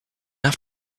have